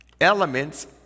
elements